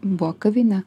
buvo kavinė